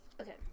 Okay